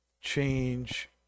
change